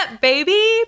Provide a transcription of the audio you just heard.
baby